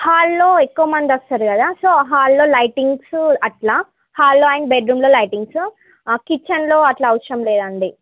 హాల్లో ఎక్కువమంది వస్తారు కదా సో హాల్లో లైటింగ్సు అట్లా హాల్లో అండ్ బెడ్ రూమ్లో లైటింగ్సు కిచెన్లో అట్ల అవసరం లేదండి